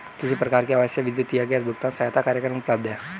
किस प्रकार के आवासीय विद्युत या गैस भुगतान सहायता कार्यक्रम उपलब्ध हैं?